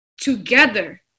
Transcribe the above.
together